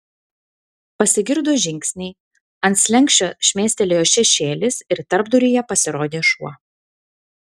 pasigirdo žingsniai ant slenksčio šmėstelėjo šešėlis ir tarpduryje pasirodė šuo